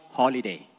holiday